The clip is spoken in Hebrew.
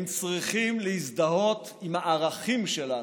הם צריכים להזדהות עם הערכים שלנו.